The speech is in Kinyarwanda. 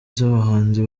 z’abahanzi